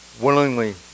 willingly